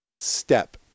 step